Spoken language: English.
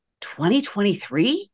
2023